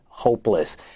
hopeless